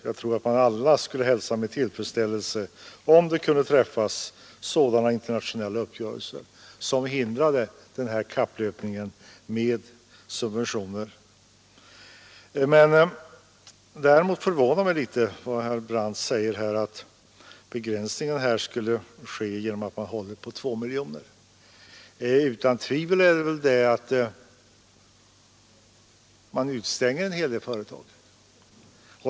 Jag tror att alla skulle hälsa med tillfredsställelse om sådana internationella uppgörelser skulle kunna träffas som hindrar kapplöpningen med subventioner. Däremot förvånar herr Brandt mig litet när han säger att begränsningar skulle ske genom att man håller på 2 miljoner kronor. Utan tvivel utestänger man en hel del företag.